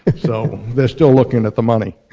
so they're still looking at the money.